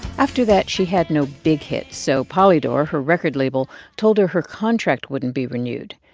after that, she had no big hits. so polydor, her record label, told her her contract wouldn't be renewed.